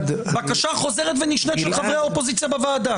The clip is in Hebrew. זו בקשה חוזרת ונשנית של חברי האופוזיציה בוועדה.